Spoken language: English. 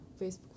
Facebook